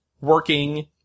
working